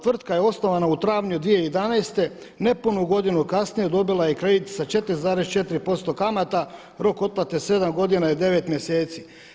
Tvrtka je osnovana u travnju 2011. nepunu godinu kasnije dobila je kredit sa 4,4% kamata, rok otplate 7 godina i 9 mjeseci.